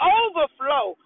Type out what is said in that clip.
overflow